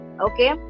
okay